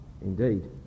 Indeed